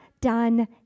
done